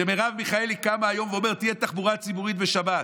כשמרב מיכאלי קמה היום ואומרת: תהיה תחבורה ציבורית בשבת,